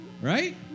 right